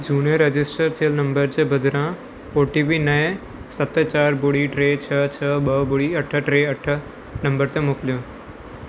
झूने रजिस्टर थियल नंबर जे बदिरां ओटीपी नए सत चारि ॿुड़ी टे छह छह ॿ ॿुड़ी अठ टे अठ नंबर ते मोकिलियो